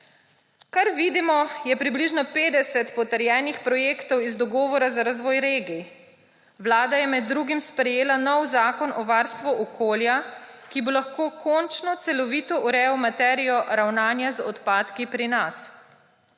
Kar vidimo, je približno 50 potrjenih projektov iz Dogovora za razvoj regij. Vlada je med drugim sprejela nov Zakon o varstvu okolja, ki bo lahko končno celovito urejal materijo ravnanja z odpadki pri nas.